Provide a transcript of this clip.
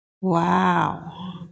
Wow